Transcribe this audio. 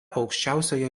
aukščiausioje